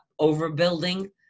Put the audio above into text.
overbuilding